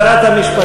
שרת המשפטים.